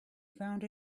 found